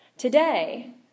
Today